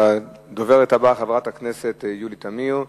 הדוברת הבאה היא חברת הכנסת יולי תמיר,